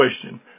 question